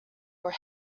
were